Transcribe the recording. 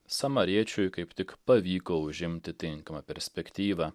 samariečiui kaip tik pavyko užimti tinkamą perspektyvą